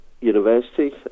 university